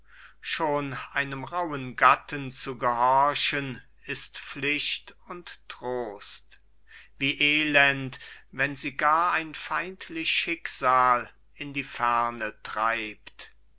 schon einem rauhen gatten zu gehorchen ist pflicht und trost wie elend wenn sie gar ein feindlich schicksal in die ferne treibt